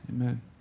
Amen